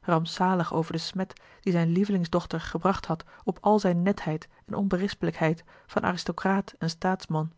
rampzalig over de smet die zijne lievelingsdochter gebracht had op al zijne netheid en onberispelijkheid van aristocraat en staatsman